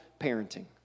parenting